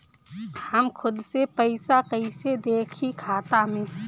हम खुद से पइसा कईसे देखी खाता में?